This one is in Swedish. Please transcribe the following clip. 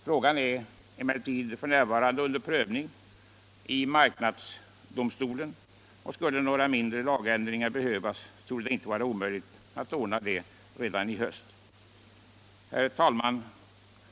Frågan är emellertid f. n. under prövning i marknadsdomstolen, och skulle några mindre lagändringar behövas torde det inte vara omöjligt att ordna detta i höst. Herr talman!